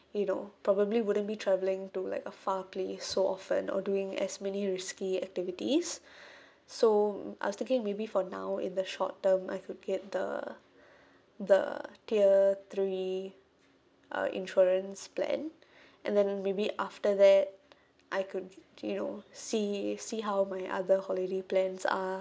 you know probably wouldn't be travelling to like a far place so often or doing as many risky activities so I was thinking maybe for now in the short term I could get the the tier three uh insurance plan and then maybe after that I could you know see see how many other holiday plans are